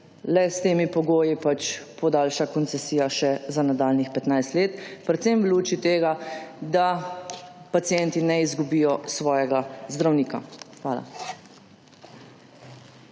le s temi pogoji pač podaljša koncesija še za nadaljnjih 15 let. Predvsem v luči tega, da pacienti ne izgubijo svojega zdravnika. Hvala.